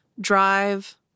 drive